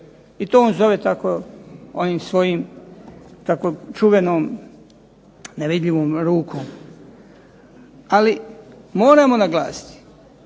I to on zove tako onim svojim tako čuvenom "nevidljivom rukom". Ali, moramo naglasiti